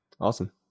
Awesome